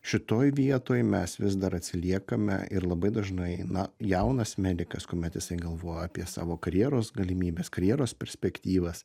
šitoj vietoj mes vis dar atsiliekame ir labai dažnai na jaunas medikas kuomet jisai galvoja apie savo karjeros galimybes karjeros perspektyvas